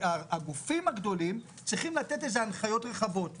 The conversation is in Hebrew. והגופים הגדולים צריכים לתת הנחיות רחבות.